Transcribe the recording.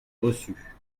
reçu